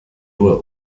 were